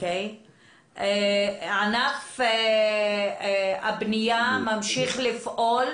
בו, ענף הבנייה ממשיך לפעול,